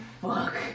fuck